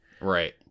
right